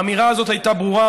האמירה הזאת הייתה ברורה.